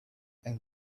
and